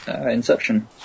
Inception